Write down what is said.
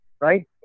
Right